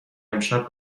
امشب